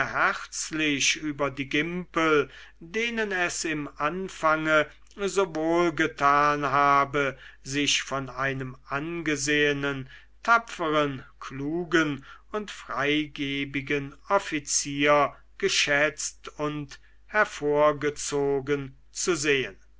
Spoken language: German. herzlich über die gimpel denen es im anfange so wohlgetan habe sich von einem angesehenen tapferen klugen und freigebigen offizier geschätzt und hervorgezogen zu sehen